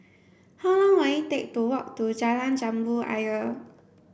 how long will it take to walk to Jalan Jambu Ayer